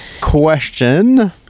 Question